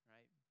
Right